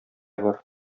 бар